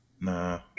Nah